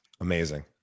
amazing